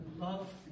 love